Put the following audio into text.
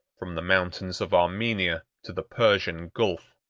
from the mountains of armenia to the persian gulf.